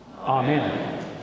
Amen